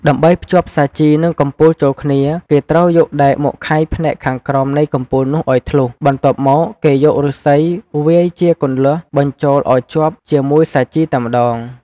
ដើម្បីភ្ជាប់សាជី និងកំពូលចូលគ្នា គេត្រូវយកដែកមកខៃផ្នែកខាងក្រោមនៃកំពូលនោះឲ្យធ្លុះ បន្ទាប់មក គេយកឫស្សីវាយជាគន្លាស់បញ្ចូលឲ្យជាប់ជាមួយសាជីតែម្ដង។